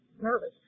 nervous